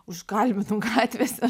užkalbinau gatvėse